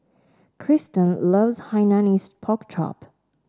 Christen loves Hainanese Pork Chop